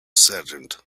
saddened